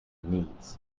knees